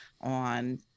on